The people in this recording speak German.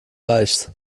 reichs